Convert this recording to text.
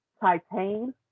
Titan